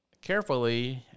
carefully